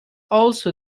also